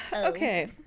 Okay